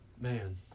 Man